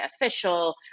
official